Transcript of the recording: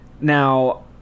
Now